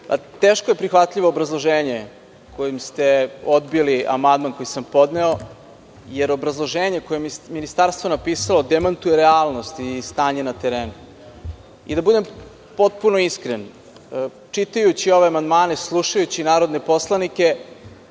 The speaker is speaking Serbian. teško je prihvatljivo obrazloženje kojim ste odbili amandman koji sam podneo, jer obrazloženje koje je ministarstvo napisalo demantuje realnost i stanje na terenu. Da budem potpuno iskren, čitajući ove amandmane, slušajući narodne poslanike,